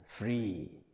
free